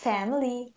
Family